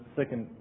second